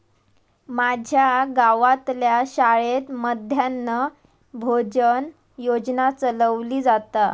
माज्या गावातल्या शाळेत मध्यान्न भोजन योजना चलवली जाता